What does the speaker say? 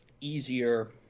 easier